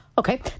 Okay